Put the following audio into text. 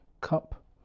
Cup